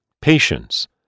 Patience